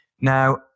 Now